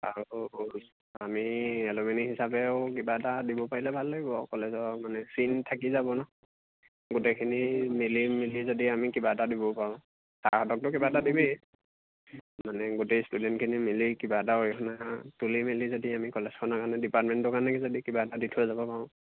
আমি এলুমিনি হিচাপেও কিবা এটা দিব পাৰিলে ভাল লাগিব কলেজৰ মানে চিন থাকি যাব নহ্ গোটেইখিনি মিলি মিলি যদি আমি কিবা এটা দিব পাৰোঁ ছাৰহঁতকতো কিবা এটা দিমেই মানে গোটেই ষ্টুডেণ্টখিনি মিলি কিবা এটা অৰিহণা তুলি মেলি যদি আমি কলেজখনৰ কাৰণে ডিপাৰ্টমেণ্টৰ কাৰণে যদি কিবা এটা দি থৈ যাব পাৰোঁ